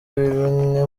bimwe